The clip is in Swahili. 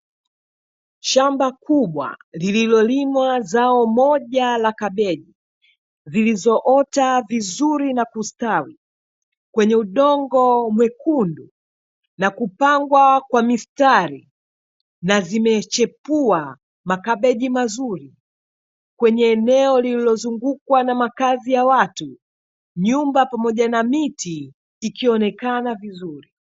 Shamba kubwa liliolimwa zao moja la kabeji zilizoota vizuri na kustawi kwenye udongo mwekundu na kupangwa kwa mstari na zimechepua makabeji mazuri ,kwenye eneo lilozungukwa na makazi ya watu ,nyumba pamojja na miti ikionekana vizuri .